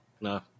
no